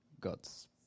God's